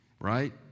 right